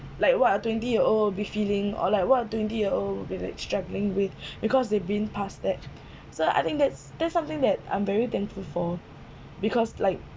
like what a twenty year old be feeling or like what a twenty year old be like struggling with because they have been passed that so I think that's that's something that I'm very thankful for because like